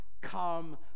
come